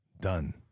Done